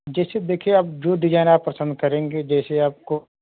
जैसे देखिए आप जो डिजाइन आप पसंद करेंगे जैसे आपको